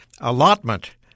allotment